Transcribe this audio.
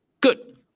Good